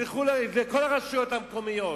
תלכו לכל הרשויות המקומיות.